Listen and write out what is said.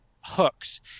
hooks